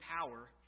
power